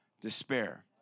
despair